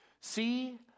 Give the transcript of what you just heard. See